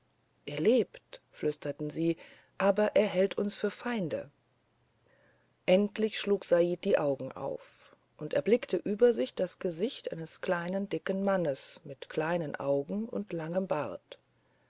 er lebt flüsterten sie aber er hält uns für feinde endlich schlug said die augen auf und erblickte über sich das gesicht eines kleinen dicken mannes mit kleinen augen und langem bart